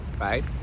right